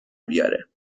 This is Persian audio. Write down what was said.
بیاره